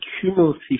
cumulatively